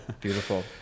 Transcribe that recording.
Beautiful